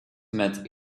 met